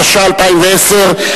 התשע"א 2010,